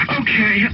okay